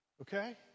okay